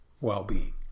well-being